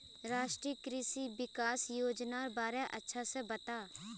राष्ट्रीय कृषि विकास योजनार बारे अच्छा से बता